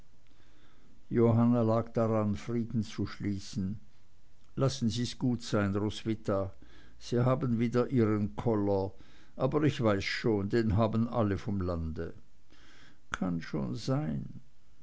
johanna lag daran frieden zu schließen lassen sie's gut sein roswitha sie haben wieder ihren koller aber ich weiß schon den haben alle vom lande kann schon sein